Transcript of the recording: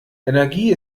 energie